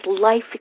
life